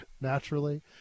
naturally